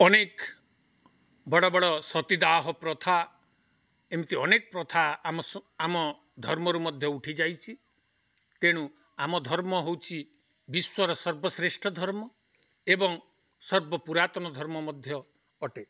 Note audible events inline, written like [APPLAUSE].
ଅନେକ ବଡ଼ ବଡ଼ ସତୀଦାହ ପ୍ରଥା ଏମିତି ଅନେକ ପ୍ରଥା ଆମ [UNINTELLIGIBLE] ଆମ ଧର୍ମରୁ ମଧ୍ୟ ଉଠିଯାଇଛି ତେଣୁ ଆମ ଧର୍ମ ହଉଛି ବିଶ୍ୱର ସର୍ବଶ୍ରେଷ୍ଠ ଧର୍ମ ଏବଂ ସର୍ବ ପୁରାତନ ଧର୍ମ ମଧ୍ୟ ଅଟେ